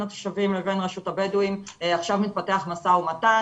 התושבים לבין רשות הבדואים עכשיו מתפתח משא ומתן,